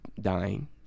dying